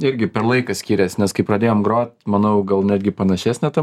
irgi per laiką skyrės nes kai pradėjom grot manau gal netgi panašesnė ta